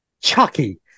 chucky